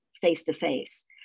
face-to-face